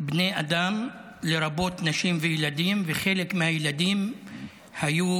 בני אדם, לרבות נשים וילדים, וחלק מהילדים היו